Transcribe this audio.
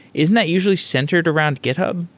isn't that usually centered around github?